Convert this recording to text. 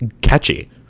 catchy